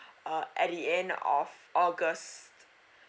uh at the end of august